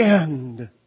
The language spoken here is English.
end